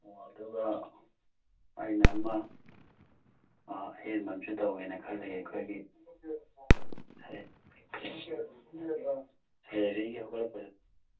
ꯑꯣ ꯑꯗꯨꯒ ꯑꯩꯅ ꯑꯃ ꯑꯍꯦꯟꯕ ꯑꯃꯁꯨ ꯇꯧꯒꯦꯅ ꯈꯜꯂꯤ ꯑꯩꯈꯣꯏꯒꯤ ꯍꯣꯠꯒꯠꯂꯛꯄꯗ